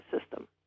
system